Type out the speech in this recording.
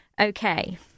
Okay